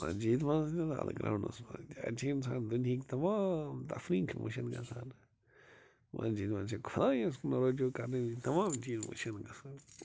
مسجٕد منٛز تہِ تہٕ اَتھ گرٛاونٛڈس منٛز تہِ اَتہِ چھُ اِنسان دُنیہٕکۍ تَمام تفریٖق چھِ مٔشِتھ گژھان مسجٕد منٛز چھِ خٲلِس رجوٗع کرنہٕ وِزِ تَمام چیٖز مٔشِتھ گژھان